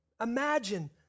imagine